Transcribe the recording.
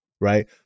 right